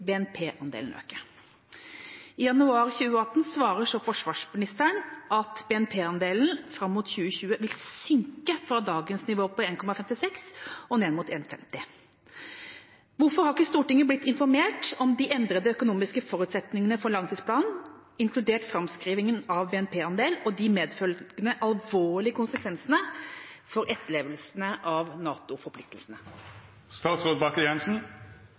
synke fra dagens nivå på 1,56 pst. og ned mot 1,50 pst. Spørsmålet til statsråden er: «Hvorfor har ikke Stortinget blitt informert om de endrede økonomiske forutsetningene for langtidsplanen 2017–2020, inkludert framskrivningene for utvikling i BNP-andel, og de medfølgende alvorlige konsekvensene for etterlevelse av